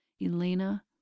Elena